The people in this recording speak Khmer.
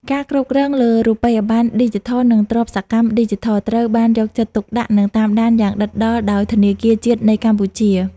ការគ្រប់គ្រងលើ "រូបិយប័ណ្ណឌីជីថល" និង "ទ្រព្យសកម្មឌីជីថល" ត្រូវបានយកចិត្តទុកដាក់ និងតាមដានយ៉ាងដិតដល់ដោយធនាគារជាតិនៃកម្ពុជា។